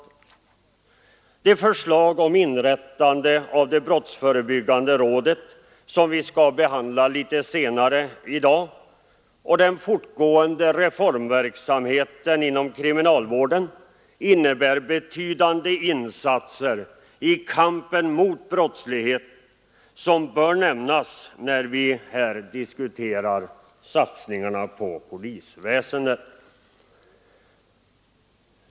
Det förslag om inrättande av det brottsförebyggande rådet som vi skall behandla litet senare i dag och den fortgående reformverksamheten inom kriminalvården innebär betydande insatser i kampen mot brottslighet vilka bör nämnas när vi här diskuterar satsningarna på polisväsendet.